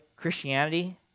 Christianity